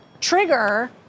trigger